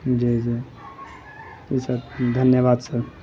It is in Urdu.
جی جی جی سر دھنیواد سر